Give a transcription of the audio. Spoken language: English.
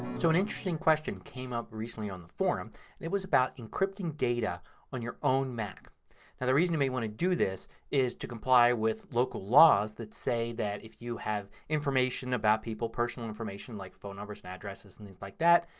so an interesting question came up recently on the forum and it was about encrypting data on your own mac. now the reason you might want to do this is to comply with local laws that say that if you have information about people, personal information like phone numbers and addresses and things like that,